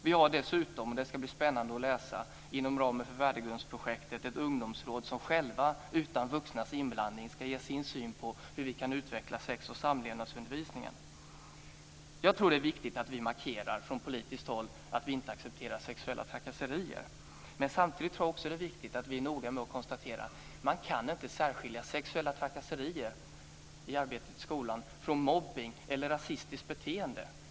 Vi har dessutom - och det ska bli spännande att läsa - inom ramen för Värdegrundsprojektet ett ungdomsråd som utan vuxnas inblandning ska ge sin syn på hur vi kan utveckla sex och samlevnadsundervisningen. Jag tror att det är viktigt att vi från politiskt håll markerar att vi inte accepterar sexuella trakasserier. Samtidigt tror jag att det också är viktigt att vi är noga med att konstatera att man inte kan särskilja sexuella trakasserier i arbetet i skolan från mobbning eller rasistiskt beteende.